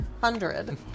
hundred